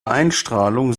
einstrahlung